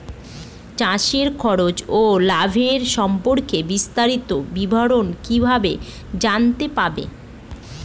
চাষে খরচ ও লাভের সম্পর্কে বিস্তারিত বিবরণ কিভাবে জানতে পারব?